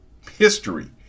history